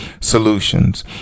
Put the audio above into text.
solutions